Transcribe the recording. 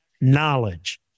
knowledge